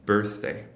Birthday